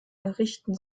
errichten